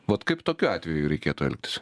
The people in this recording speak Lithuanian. vat kaip tokiu atveju reikėtų elgtis